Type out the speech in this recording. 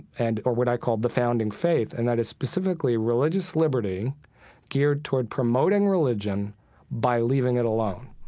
and or what i call the founding faith. and that is specifically religious liberty geared toward promoting religion by leaving it alone.